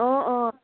অঁ অঁ